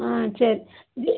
ஆ சரி இது